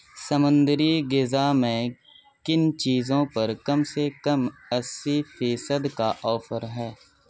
سمندری غذا میں کن چیزوں پر کم سے کم اسی فیصد کا آفر ہے